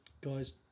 guys